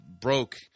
broke